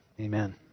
amen